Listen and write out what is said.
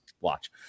watch